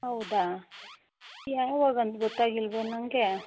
ಹೌದಾ ಯಾವಾಗಂತ ಗೊತ್ತಾಗಿಲ್ಲವೆ ನನಗೆ